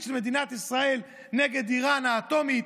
של מדינת ישראל נגד איראן האטומית,